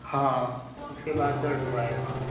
हाँ उसके बाद दर्द हुआ है